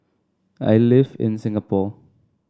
I live in Singapore